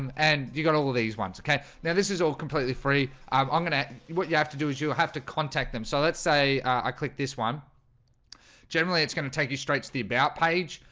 and you got all these ones. okay. now this is all completely free i'm um gonna what you have to do is you have to contact them. so let's say i click this one generally, it's going to take you straight to the about page.